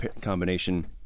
combination